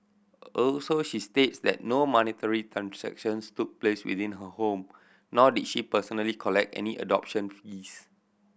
also she states that no monetary transactions took place within her home nor did she personally collect any adoption fees